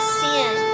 sin